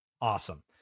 awesome